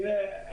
תראה,